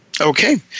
Okay